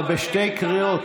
אתה בשתי קריאות,